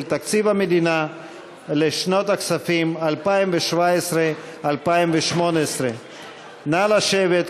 תקציב המדינה לשנות הכספים 2017 2018. נא לשבת.